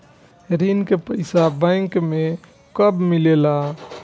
ऋण के पइसा बैंक मे कब मिले ला?